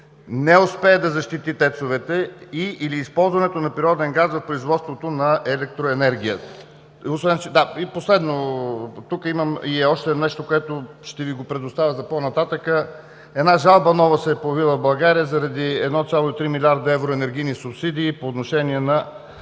не успее да защити ТЕЦ-овете и/или използването на природен газ в производството на електроенергия? И последно, тук имам още нещо, което ще Ви го предоставя за по-нататък. Появила се една нова жалба в България заради 1,3 млрд. евро енергийни субсидии по отношение на